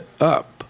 up